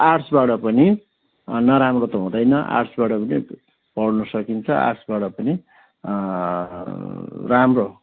आर्ट्सबाट पनि नराम्रो त हुँदैन आर्ट्सबाट पनि पढ्नु सकिन्छ आर्ट्सबाट पनि राम्रो